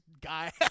guy